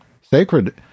sacred